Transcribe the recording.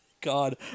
God